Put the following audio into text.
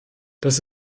das